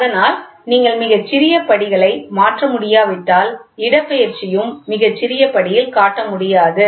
அதனால் நீங்கள் மிகச் சிறிய படிகளை மாற்ற முடியாவிட்டால் இடப்பெயர்ச்சியும் மிகச் சிறிய படியில் காட்ட முடியாது